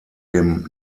dem